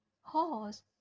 Horse